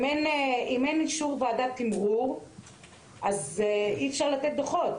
אם אין אישור ועדת תמרור אז אי אפשר לתת דוחות.